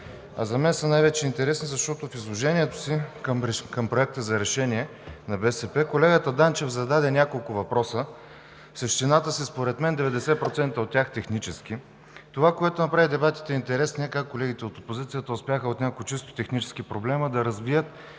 За мен най-вече са интересни, защото в изложението си към Проекта за решение на БСП, колегата Данчев зададе няколко въпроса, в същината си, според мен, 90% от тях технически. Това, което направи дебатите интересни, е как колегите от опозицията успяха от няколко чисто технически проблема да развият